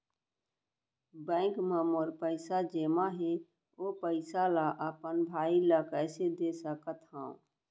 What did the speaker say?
Bank म मोर पइसा जेमा हे, ओ पइसा ला अपन बाई ला कइसे दे सकत हव?